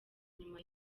inyuma